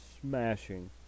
smashing